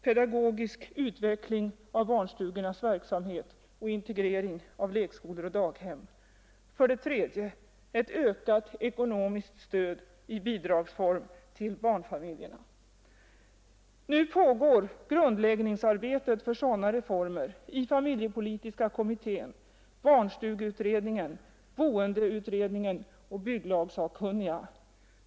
Pedagogisk utveckling av barnstugornas verksamhet och integrering av lekskolor och daghem. Nu pågår grundläggningsarbetet för sådana reformer i familjepolitiska kommittén, barnstugeutredningen, boendeutredningen och bygglagsakkunniga.